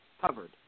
covered